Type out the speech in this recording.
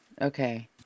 okay